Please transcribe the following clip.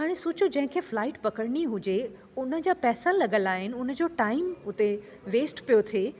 हाणे सोचो जंहिं खे फ़्लाइट पकिड़नी हुजे हुनजा पैसा लॻल आहिनि हुनजो टाइम उते वेस्ट पियो थिए